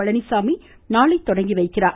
பழனிச்சாமி நாளை தொடங்கி வைக்கிறார்